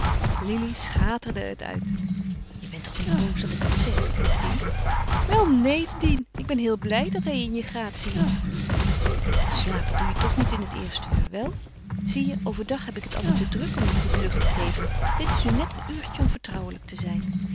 lili schaterde het uit jij bent toch niet boos dat ik dat zeg vroeg dien wel neen dien ik ben heel blij dat hij in je gratie is slapen doe je toch niet in het eerste uur wel zie je overdag heb ik het altijd te druk om me goed lucht te geven dit is nu net een uurtje om vertrouwelijk te zijn